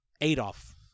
Adolf